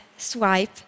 swipe